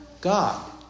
God